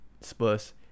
Spurs